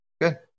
Good